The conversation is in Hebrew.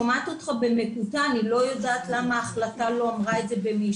לא אמרה את זה,